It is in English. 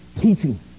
teaching